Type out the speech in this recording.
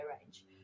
range